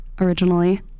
originally